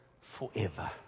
forever